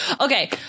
okay